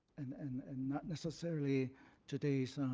and and and not necessarily today's